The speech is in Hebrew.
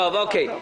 אוקיי.